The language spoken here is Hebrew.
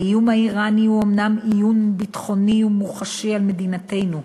האיום האיראני הוא אומנם איום ביטחוני ומוחשי על מדינתנו,